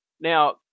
Now